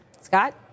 Scott